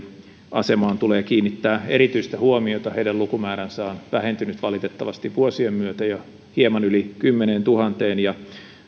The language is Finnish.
asemaan tulee kiinnittää erityistä huomiota heidän lukumääränsä on vähentynyt valitettavasti vuosien myötä vain hieman yli kymmeneentuhanteen ja